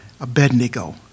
Abednego